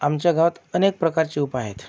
आमच्या गावात अनेक प्रकारचे उपाय आहेत